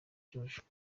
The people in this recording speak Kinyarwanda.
cy’ubujura